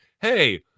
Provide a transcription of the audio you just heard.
hey